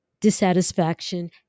dissatisfaction